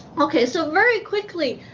okay. so very quickly,